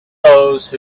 those